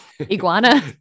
Iguana